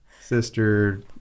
sister